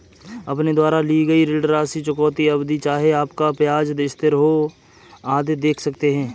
अपने द्वारा ली गई ऋण राशि, चुकौती अवधि, चाहे आपका ब्याज स्थिर हो, आदि देख सकते हैं